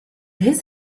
his